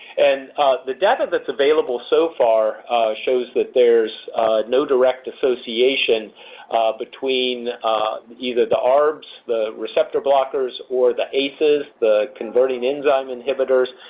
and the data that's available so far shows that no direct association between either the arbs, the receptor blockers, or the aces, the converting-enzyme inhibitors,